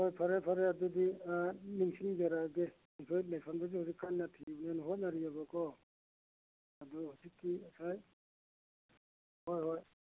ꯍꯣꯏ ꯐꯔꯦ ꯐꯔꯦ ꯑꯗꯨꯗꯤ ꯅꯤꯡꯁꯤꯡꯖꯔꯛꯑꯒꯦ ꯑꯩꯈꯣꯏ ꯂꯩꯐꯝꯗꯨꯁꯨ ꯍꯧꯖꯤꯛ ꯀꯟꯅ ꯊꯤꯗꯅ ꯍꯣꯠꯅꯔꯤꯑꯕꯀꯣ ꯑꯗꯨ ꯍꯧꯖꯤꯛꯀꯤ ꯉꯁꯥꯏ ꯍꯣꯏ ꯍꯣꯏ